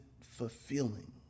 fulfilling